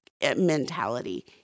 mentality